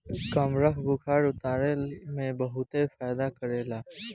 कमरख बुखार उतरला में बहुते फायदा करेला